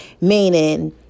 meaning